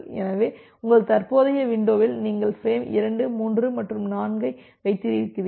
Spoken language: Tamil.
எனவே உங்கள் தற்போதைய விண்டோவில் நீங்கள் பிரேம் 2 3 மற்றும் 4 ஐ வைத்திருந்தீர்கள்